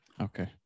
Okay